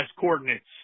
coordinates